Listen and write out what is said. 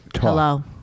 Hello